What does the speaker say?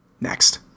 Next